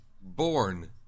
born